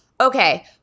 Okay